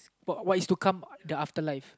what what is to come the afterlife